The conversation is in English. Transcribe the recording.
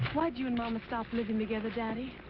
why did you and mama stop living together, daddy?